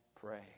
pray